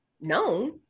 known